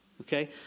okay